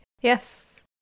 yes